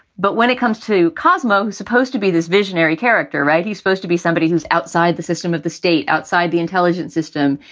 but when it comes to cosmo, who's supposed to be this visionary character, right he's supposed to be somebody who's outside the system of the state, outside the intelligence system.